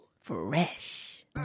Fresh